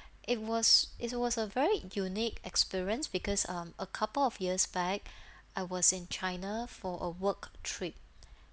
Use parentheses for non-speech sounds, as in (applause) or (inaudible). (breath) it was it was a very unique experience because um a couple of years back I was in china for a work trip